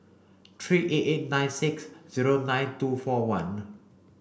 three eight eight nine six zero nine two four one